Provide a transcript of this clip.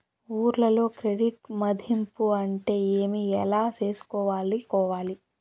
ఊర్లలో క్రెడిట్ మధింపు అంటే ఏమి? ఎలా చేసుకోవాలి కోవాలి?